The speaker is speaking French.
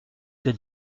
que